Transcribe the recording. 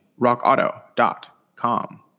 rockauto.com